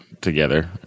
together